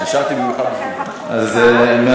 אולי הם חששו שאתה, ולכן מחקו אותך.